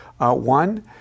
One